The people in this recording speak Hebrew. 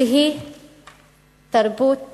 שהיא תרבות